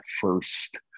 first